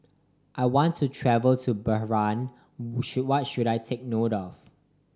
I want to travel to Bahrain what should I take note of